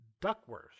Duckworth